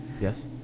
Yes